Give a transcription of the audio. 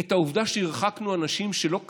את העובדה שהרחקנו אנשים שלא כדין,